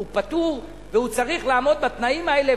הוא פטור, והוא צריך לעמוד בתנאים האלה.